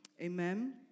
Amen